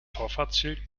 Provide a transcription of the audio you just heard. vorfahrtsschild